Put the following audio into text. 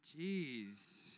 Jeez